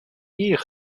gear